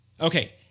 Okay